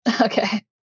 Okay